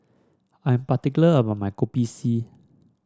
I am particular about my Kopi C